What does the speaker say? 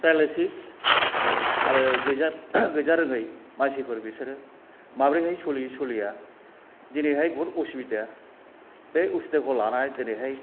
paralysis आरो गैजा गैजारोङै मानसिफोर बिसोरो माब्रैहाय सलियो सलिया दिनैहाय बुहुद उसुबिदा बे उसुबिदाखौ लानानै दिनैहाय